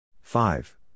Five